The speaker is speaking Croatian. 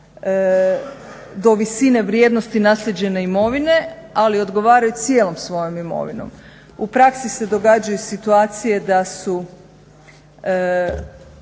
do visine vrijednosti naslijeđene imovine, ali odgovaraju cijelom svojom imovinom. U praksi se događaju situacije da su